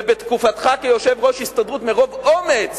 בתקופתך כיושב-ראש ההסתדרות, מרוב אומץ